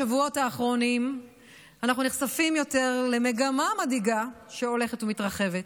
בשבועות האחרונים אנו נחשפים למגמה מדאיגה שהולכת ומתרחבת: